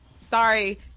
sorry